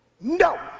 No